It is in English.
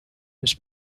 his